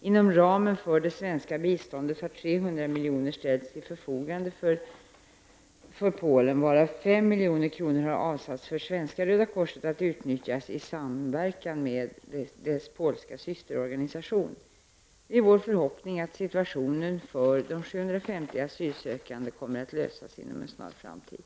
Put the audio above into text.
Inom ramen för det svenska biståndet har 300 milj.kr. ställts till förfogande för Polen, varav 5 milj.kr. har avsatts för Svenska röda korset, att utnyttjas i samverkan med dess polska systerorganisation. Det är vår förhoppning att situationen för de 750 asylsökande kommer att lösas inom en snar framtid. Då Gudrun Schyman, som framställt frågan, anmält att hon var förhindrad att närvara vid sammanträdet, medgav tredje vice talmannen att Berith Eriksson i stället fick delta i överläggningen.